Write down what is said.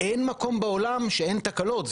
אין מקום בעולם שבו אין תקלות.